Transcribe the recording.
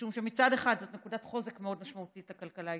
משום שמצד אחד זאת נקודת חוזק מאוד משמעותית לכלכלה הישראלית,